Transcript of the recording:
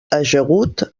ajagut